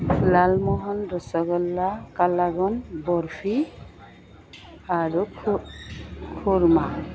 লালমোহন ৰসগোল্লা কালাগন বৰফি আৰু খোৰ্মা